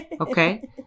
Okay